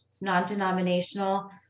non-denominational